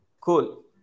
cool